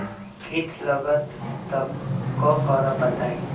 कीट लगत त क करब बताई?